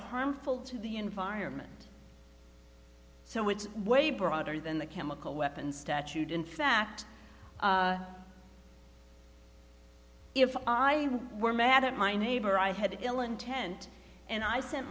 harmful to the environment so it's way broader than the chemical weapons statute in fact if i were mad at my neighbor i had ill intent and i sent